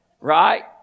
Right